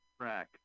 Track